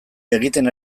egiten